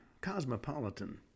cosmopolitan